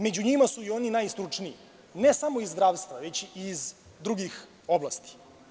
Među njima su i oni najstručniji, ne samo iz zdravstva, već i iz drugih oblasti.